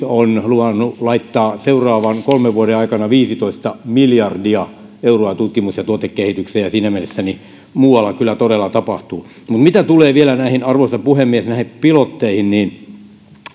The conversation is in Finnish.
on luvannut laittaa seuraavan kolmen vuoden aikana viisitoista miljardia euroa tutkimus ja tuotekehitykseen ja siinä mielessä muualla kyllä todella tapahtuu mitä tulee vielä arvoisa puhemies näihin pilotteihin niin